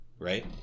Right